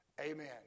Amen